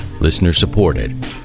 listener-supported